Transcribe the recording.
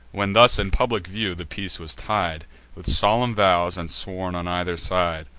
when thus in public view the peace was tied with solemn vows, and sworn on either side,